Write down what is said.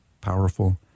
powerful